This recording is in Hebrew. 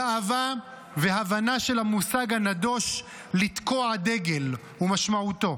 גאווה והבנה של המושג הנדוש 'לתקוע דגל' ומשמעותו.